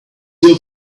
your